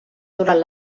durant